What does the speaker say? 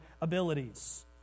abilities